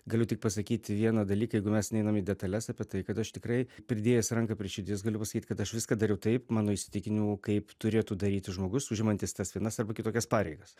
galiu tik pasakyti vieną dalyką jeigu mes neinam į detales apie tai kad aš tikrai pridėjęs ranką prie širdies galiu pasakyt kad aš viską dariau taip mano įsitikinimu kaip turėtų daryti žmogus užimantis tas vienas arba kitokias pareigas